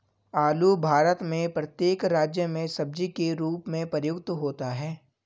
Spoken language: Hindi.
आलू भारत में प्रत्येक राज्य में सब्जी के रूप में प्रयुक्त होता है